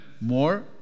more